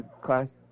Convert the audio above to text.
class